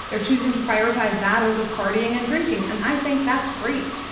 they're choosing to prioritize that over partying and drinking. and i think that's great.